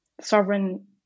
sovereign